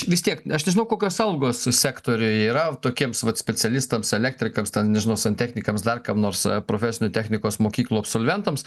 vis tiek aš nežinau kokios algos sektoriuj yra tokiems vat specialistams elektrikams ten nežinau santechnikams dar kam nors profesinių technikos mokyklų absolventams